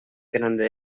grande